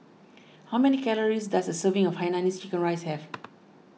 how many calories does a serving of Hainanese Chicken Rice have